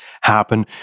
happen